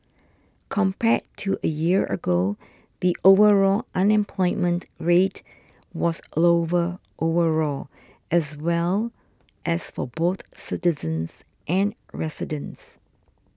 compared to a year ago the overall unemployment rate was lower overall as well as for both citizens and residents